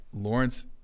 Lawrence